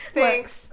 Thanks